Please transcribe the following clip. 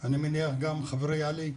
אני מניח שגם חברי עלי,